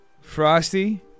Frosty